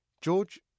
George